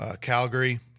Calgary